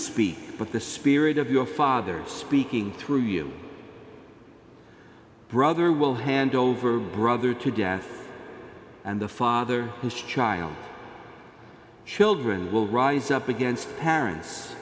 speak but the spirit of your father's speaking through you brother will hand over brother to death and the father whose child children will rise up against parents